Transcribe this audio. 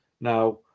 Now